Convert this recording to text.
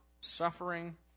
suffering